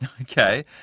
Okay